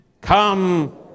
Come